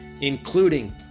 including